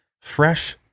fresh